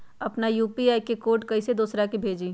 अपना यू.पी.आई के कोड कईसे दूसरा के भेजी?